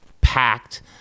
packed